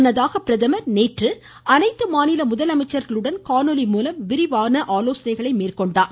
முன்னதாக பிரதமர் நேற்று அனைத்து மாநில முதலமைச்சர்களுடன் காணொலி மூலம் விரிவாக ஆலோசனை மேற்கொண்டார்